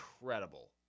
incredible